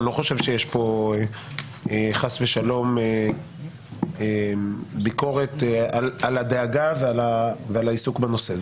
אני לא חושב שיש פה חס ושלום ביקורת על הדאגה ועל העיסוק בנושא,